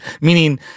Meaning